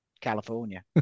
California